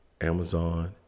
amazon